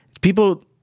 people